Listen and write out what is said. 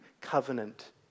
covenant